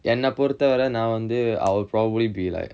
என்ன பொறுத்த வரை நா வந்து:enna porutha varai naa vanthu I will probably be like